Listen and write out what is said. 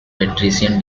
patrician